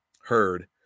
heard